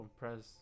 press